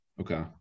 Okay